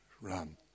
run